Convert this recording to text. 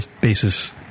basis